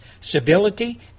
civility